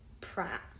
prat